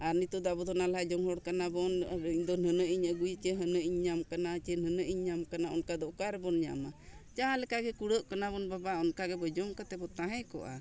ᱟᱨ ᱱᱤᱛᱳᱜ ᱫᱚ ᱟᱵᱚ ᱫᱚ ᱱᱟᱞᱦᱟ ᱡᱚᱢ ᱦᱚᱲ ᱠᱟᱱᱟ ᱵᱚᱱ ᱤᱧ ᱫᱚ ᱱᱟᱱᱟᱹᱜ ᱤᱧ ᱟᱹᱜᱩᱭ ᱪᱮ ᱦᱮᱱᱟᱜ ᱤᱧ ᱧᱟᱢ ᱠᱟᱱᱟ ᱪᱮ ᱱᱤᱧ ᱧᱟᱢ ᱠᱟᱱᱟ ᱚᱱᱠᱟ ᱫᱚ ᱚᱠᱟᱨᱮᱵᱚᱱ ᱧᱟᱢᱟ ᱡᱟᱦᱟᱸ ᱞᱮᱠᱟ ᱜᱮ ᱠᱩᱲᱟᱹᱜ ᱠᱟᱱᱟ ᱵᱚᱱ ᱵᱟᱵᱟ ᱚᱱᱠᱟ ᱜᱮ ᱵᱚ ᱡᱚᱢ ᱠᱟᱛᱮ ᱵᱚᱱ ᱛᱟᱦᱮᱸ ᱠᱚᱜᱼᱟ